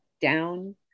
down